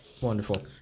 Wonderful